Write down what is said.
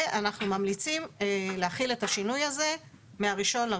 ואנחנו ממליצים להחיל את השינוי הזה מ-1.1.2023.